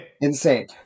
Insane